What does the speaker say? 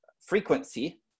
frequency